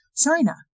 china